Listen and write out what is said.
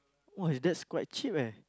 !wah! eh that's quite cheap leh